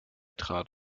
trat